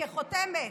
כחותמת.